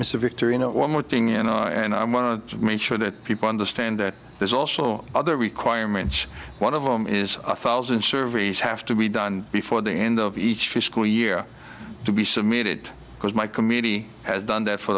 it's a victory in one more thing in iowa and i want to make sure that people understand that there's also other requirements one of them is a thousand surveys have to be done before the end of each fiscal year to be submitted because my committee has done that for